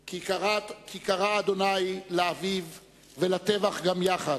כי קרא ה' לאביב ולטבח גם יחד /